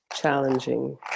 challenging